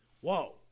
Whoa